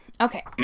Okay